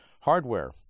Hardware